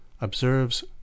observes